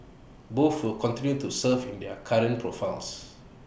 both will continue to serve in their current profiles